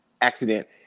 accident